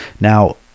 Now